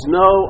no